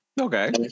Okay